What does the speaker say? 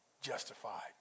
justified